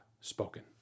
spoken